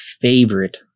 favorite